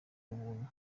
ubuntu